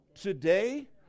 today